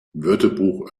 wörterbuch